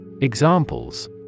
Examples